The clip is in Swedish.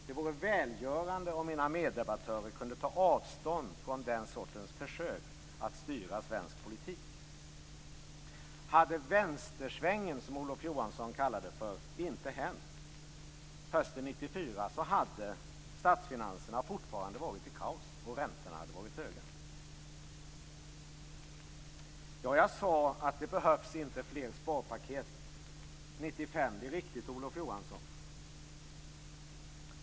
Det vore välgörande om mina medebattörer kunde ta avstånd från den sortens försök att styra svensk politik. Hade vänstersvängen, som Olof Johansson uttryckte det, inte hänt hösten 1994 hade statsfinanserna fortfarande varit i kaos och räntorna hade varit höga. Jag sade 1995 att det inte behövdes fler sparpaket. Det är riktigt, Olof Johansson.